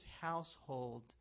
household